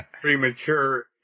premature